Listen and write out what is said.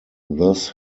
thus